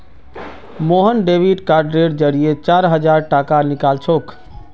Mohan debit कार्डेर जरिए चार हजार टाका निकलालछोक